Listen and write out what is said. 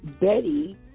Betty